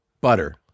Butter